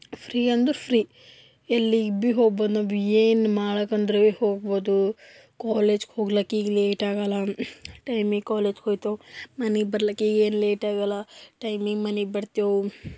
free ಅಂದ್ರು free ಎಲ್ಲಿಗೆ ಭಿ ಹೋಗ್ಬೋದು ನಾವು ಏನು ಮಾಡಕಂದ್ರೆ ಹೋಗಬೋದು ಕಾಲೇಜ್ಗೆ ಹೋಗೋಕ್ಕೆ ಈಗ ಲೇಟ್ ಆಗೋಲ್ಲ ಟೈಮಿಗೆ ಕಾಲೇಜ್ಗೆ ಹೋಗ್ತಾವ ಮನೆಗೆ ಬರ್ಲಕ್ಕೆ ಈಗೇನು ಲೇಟ್ ಆಗೋಲ್ಲ ಟೈಮಿಗೆ ಮನೆಗೆ ಬರ್ತೇವೆ